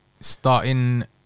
starting